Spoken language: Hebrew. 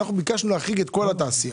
ביקשנו להחריג את כל התעשייה.